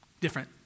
Different